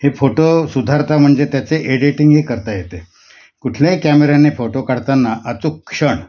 हे फोटो सुधारता म्हणजे त्याचे एडिटिंग हे करता येते कुठल्याही कॅमेऱ्याने फोटो काढताना अचूक क्षण